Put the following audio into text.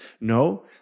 No